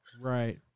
Right